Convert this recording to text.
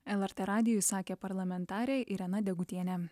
lrt radijui sakė parlamentarė irena degutienė